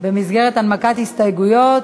במסגרת הנמקת הסתייגויות,